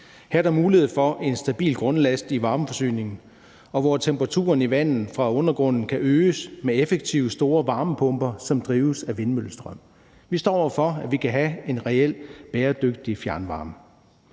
Her er der mulighed for at få en stabil grundlast i varmeforsyningen, og temperaturen i vandet fra undergrunden kan øges med effektive store varmepumper, som drives af vindmøllestrøm. Vi står over for, at vi kan have en reelt bæredygtig fjernvarme.